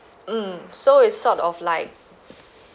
mm so it's sort of like